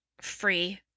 free